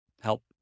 help